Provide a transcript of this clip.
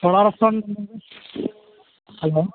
സോളാ restaurant hello